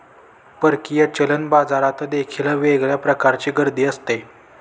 परकीय चलन बाजारात देखील वेगळ्या प्रकारची गर्दी असते